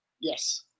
Yes